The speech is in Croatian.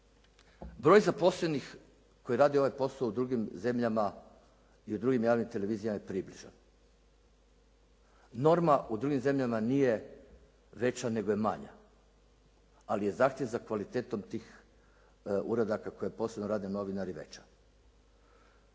Broju zaposlenih koji rade ovaj posao u drugim zemljama i u drugim javnim televizijama je približan. Norma u drugim zemljama nije veća nego je manja. Ali je zahtjev za kvalitetom tih uradaka koje posebno rade novinari veća.